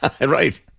Right